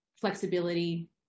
flexibility